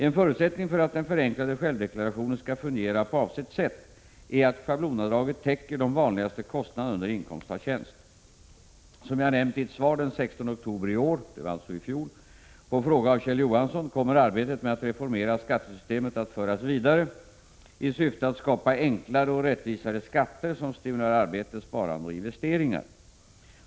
En förutsättning för att den förenklade självdeklarationen skall fungera på avsett sätt är att schablonavdraget täcker de vanligaste kostnaderna under inkomst av tjänst. Som jag nämnt i ett svar den 16 oktober i år på fråga av Kjell Johansson kommer arbetet med att reformera skattesystemet att föras vidare i syfte att skapa enklare och rättvisare skatter som stimulerar arbete, sparande och investeringar.